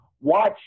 watch